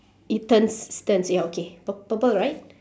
it turns turns ya okay pur~ purple right